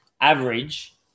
average